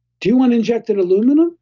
do you want to inject an aluminum?